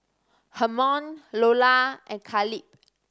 Hermon Loula and Khalid